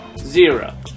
zero